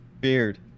Beard